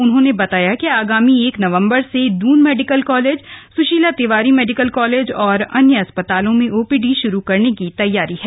उन्होंने बताया कि आगामी एक नवम्बर से Doon medical college Sushila Tiwari medical college और अन्य अस्पतालों में ओपीडी शुरू करने की तैयारी है